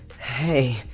Hey